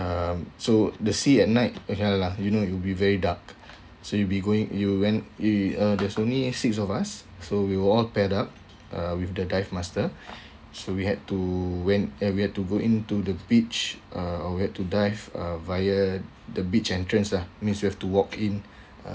um so the sea at night ya lah you know it'll be very dark so you'll be going you went you uh there's only six of us so we were all paired up uh with the dive master so we had to went uh we had to go into the beach uh we had to dive uh via the beach entrance lah means you have to walk in